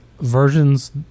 versions